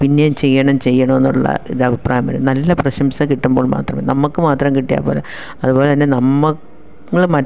പിന്നെയും ചെയ്യണം ചെയ്യണമെന്നുള്ള ഇതഭിപ്രായം വരും നല്ല പ്രശംസ കിട്ടുമ്പോൾ മാത്രം നമുക്കു മാത്രം കിട്ടിയാൽ പോര അതുപോലെ തന്നെ നമ്മളും